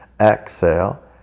Exhale